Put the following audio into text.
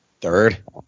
Third